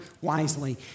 wisely